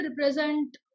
represent